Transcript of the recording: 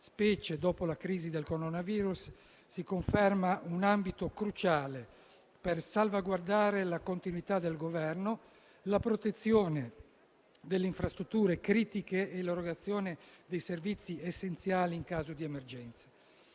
specie dopo la crisi del coronavirus, si conferma un ambito cruciale per salvaguardare la continuità del Governo, la protezione delle infrastrutture critiche e l'erogazione dei servizi essenziali in caso di emergenza.